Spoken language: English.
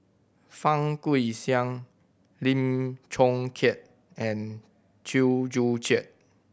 Fang Guixiang Lim Chong Keat and Chew Joo Chiat